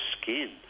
skin